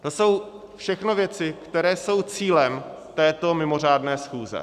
To jsou všechno věci, které jsou cílem této mimořádné schůze.